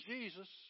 Jesus